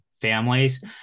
families